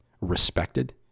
respected